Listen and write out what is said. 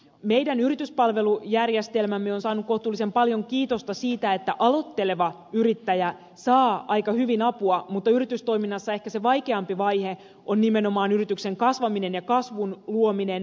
meidän yrityspalvelujärjestelmämme on saanut kohtuullisen paljon kiitosta siitä että aloitteleva yrittäjä saa aika hyvin apua mutta yritystoiminnassa ehkä se vaikeampi vaihe on nimenomaan yrityksen kasvaminen ja kasvun luominen